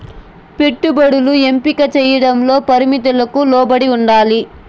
పెట్టుబడులు ఎంపిక చేయడంలో పరిమితులకు లోబడి ఉండాలి